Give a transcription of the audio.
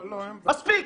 מספיק,